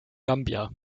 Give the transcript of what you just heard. gambia